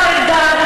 השר ארדן,